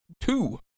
Two